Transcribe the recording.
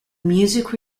music